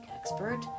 expert